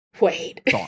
wait